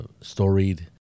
storied